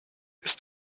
ist